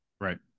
right